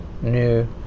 new